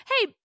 hey